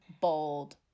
bold